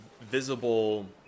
visible